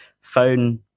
phone